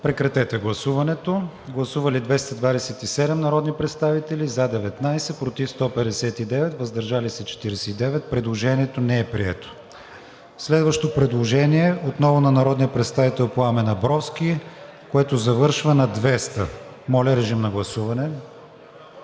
и продължава на 9. Гласували 227 народни представители: за 19, против 159, въздържали се 49. Предложението не е прието. Следващо предложение – отново на народния представител Пламен Абровски, което завършва на 200. Гласували